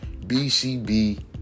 BCB